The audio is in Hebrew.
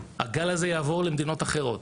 הגל הזה יעבור למדינות אחרות.